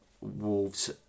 Wolves